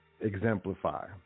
exemplify